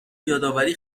یادآوری